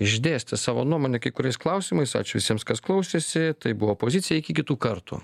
išdėstė savo nuomonę kai kuriais klausimais ačiū visiems kas klausėsi tai buvo opozicija iki kitų kartų